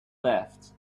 left